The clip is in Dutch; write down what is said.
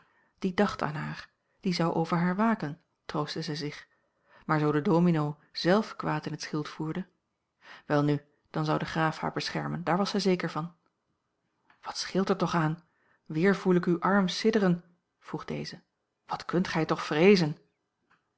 dacht aan haar die zou over haar waken troostte zij zich maar zoo de domino zelf kwaad in het schild voerde welnu dan zou de graaf haar beschermen daar was zij zeker van wat scheelt er toch aan weer voel ik uwen arm sidderen vroeg dezen wat kunt gij toch vreezen